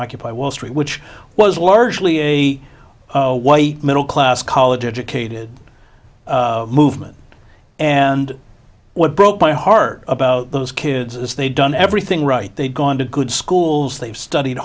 occupy wall street which was largely a white middle class college educated movement and what broke my heart about those kids is they've done everything right they've gone to good schools they've studied